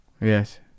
Yes